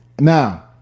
Now